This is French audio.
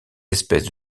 espèces